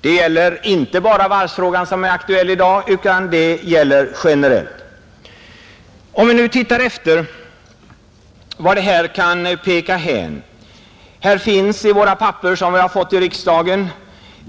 Det gäller inte bara varvsfrågan, som är aktuell i dag, utan det gäller generellt. Här föreligger i dag också